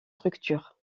structures